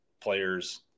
players